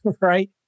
right